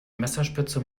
messerspitze